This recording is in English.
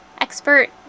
expert